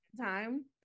time